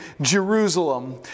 Jerusalem